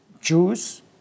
Jews